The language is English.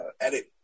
edit